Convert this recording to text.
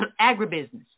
agribusiness